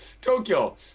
Tokyo